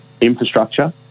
infrastructure